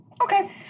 Okay